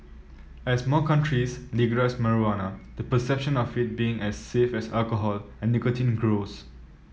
as more countries legalise marijuana the perception of it being as safe as alcohol and nicotine grows